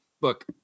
look